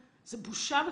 זו בושה וחרפה.